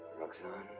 roxane.